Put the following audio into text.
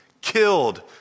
killed